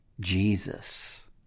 Jesus